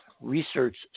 research